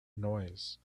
noise